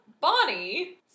Bonnie